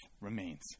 remains